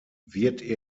wird